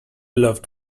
loved